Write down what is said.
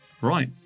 Right